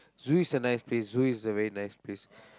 zoo is a nice place zoo is a very nice place